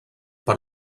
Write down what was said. per